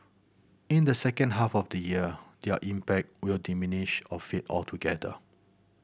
in the second half of the year their impact will diminish or fade altogether